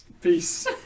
Peace